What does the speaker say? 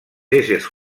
éssers